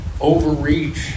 overreach